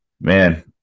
man